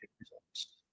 results